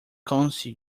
counsel